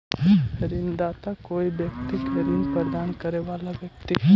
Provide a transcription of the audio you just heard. ऋणदाता कोई व्यक्ति के ऋण प्रदान करे वाला व्यक्ति हइ